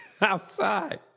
outside